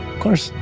course.